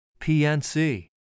PNC